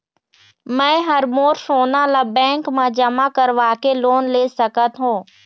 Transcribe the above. मैं हर मोर सोना ला बैंक म जमा करवाके लोन ले सकत हो?